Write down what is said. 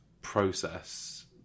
process